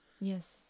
Yes